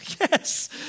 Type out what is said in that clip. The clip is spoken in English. Yes